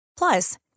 Plus